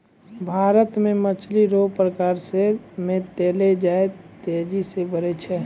भारत मे मछली रो प्रकार मे तिलैया जे तेजी से बड़ै छै